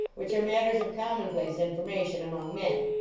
which are matters of commonplace informa tion among men.